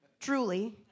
Truly